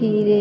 खीरे